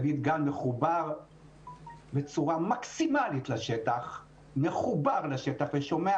דויד גל מחובר בצורה מקסימלית לשטח ושומע